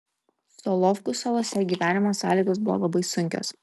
solovkų salose gyvenimo sąlygos buvo labai sunkios